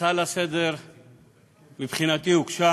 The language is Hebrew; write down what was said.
ההצעה לסדר מבחינתי הוגשה